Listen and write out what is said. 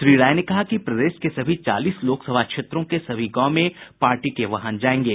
श्री राय ने कहा कि प्रदेश के सभी चालीस लोकसभा क्षेत्रों के सभी गांव में पार्टी के वाहन जायेंगे